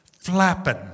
flapping